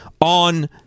on